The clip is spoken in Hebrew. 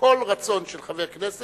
כל רצון של חבר כנסת